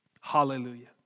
Hallelujah